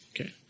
Okay